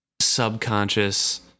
subconscious